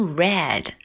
red